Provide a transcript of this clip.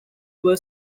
were